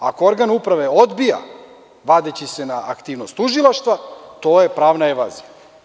Ako organ uprave odbija, vadeći se na aktivnost tužilaštva, to je pravna evazija.